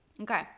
Okay